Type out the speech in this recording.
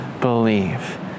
believe